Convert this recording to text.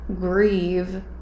grieve